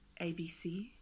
ABC